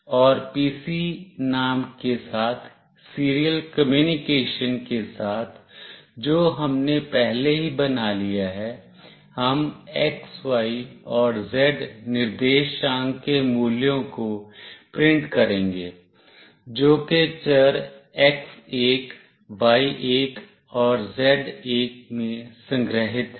और pc नाम के साथ सीरियल कम्युनिकेशन के साथ जो हमने पहले ही बना लिया है हम x y और z निर्देशांक के मूल्यों को प्रिंट करेंगे जो कि चर x1 y1 और z1 में संग्रहित है